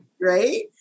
Right